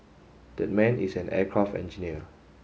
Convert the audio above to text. that man is an aircraft engineer